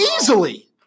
Easily